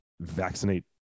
vaccinate